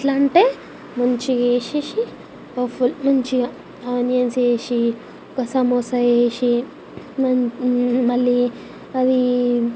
ఎట్లాంటే మంచిగేసీసి ఒక ఫుల్ ఉంచి ఆనియన్స్ వేసి ఒక సమోసా వేసి మ మళ్ళీ అదీ